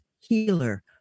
healer